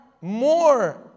more